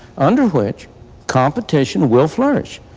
under which competition will flourish.